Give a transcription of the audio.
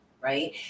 right